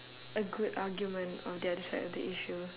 a good argument on the other side of the issue